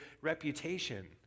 reputation